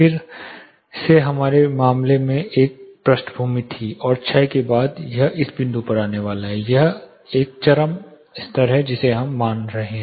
फिर से हमारे मामले में यह पृष्ठभूमि थी और क्षय के बाद यह इस बिंदु पर आने वाला है यह एक चरम स्तर है जिसे हम मान रहे हैं